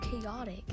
chaotic